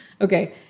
Okay